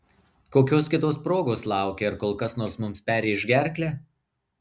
kokios kitos progos lauki ar kol kas nors mums perrėš gerklę